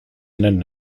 nennen